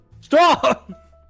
Stop